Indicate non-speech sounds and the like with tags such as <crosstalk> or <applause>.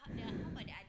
<breath>